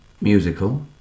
Musical